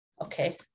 Okay